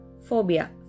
phobia